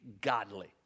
godly